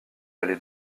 allait